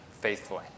faithfully